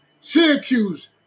Syracuse